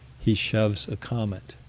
he shoves a comet.